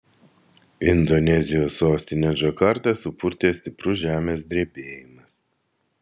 indonezijos sostinę džakartą supurtė stiprus žemės drebėjimas